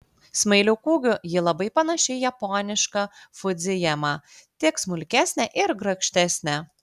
smailiu kūgiu ji labai panaši į japonišką fudzijamą tik smulkesnę ir grakštesnę